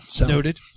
Noted